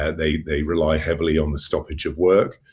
and they they rely heavily on the stoppage of work.